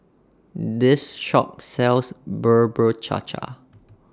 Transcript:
This Shop sells Bubur Cha Cha